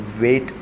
wait